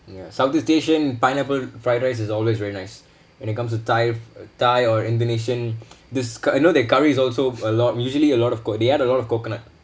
ya south east asian pineapple fried rice is always very nice and it comes to thai thai or indonesian this ki~ you know their curry is also a lot mm usually a lot of co~ they add a lot of coconut